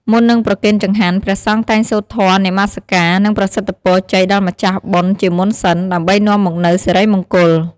មុននឹងប្រគេនចង្ហាន់ ព្រះសង្ឃតែងសូត្រធម៌នមស្ការ និងប្រសិទ្ធពរជ័យដល់ម្ចាស់បុណ្យជាមុនសិន ដើម្បីនាំមកនូវសិរីមង្គល។